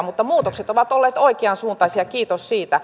mutta muutokset ovat olleet oikeansuuntaisia kiitos siitä